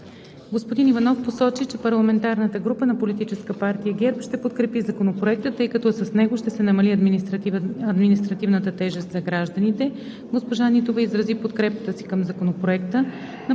Господин Иванов посочи, че парламентарната група на Политическа партия ГЕРБ ще подкрепи Законопроекта, тъй като с него ще се намали административната тежест за гражданите. Госпожа Нитова изрази подкрепата си към Законопроекта.